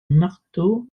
marteau